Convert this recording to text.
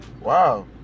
wow